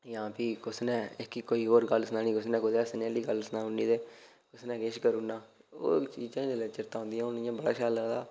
जां फ्ही कुसा ने कोई होर गल्ल सनानी कुसा ने कोई हस्सने आह्ली गल्ल कोई सनाई ओड़नी ते कुसै ने किश करू ओड़ना ओह् चीजां जिल्लै चेता आंदियां हून इ'यां बड़ा शैल लगदा